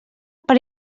per